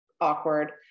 awkward